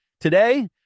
Today